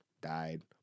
died